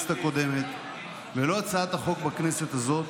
בכנסת הקודמת ולא הצעת החוק בכנסת הזאת